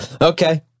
Okay